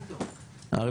תשעה.